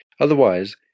Otherwise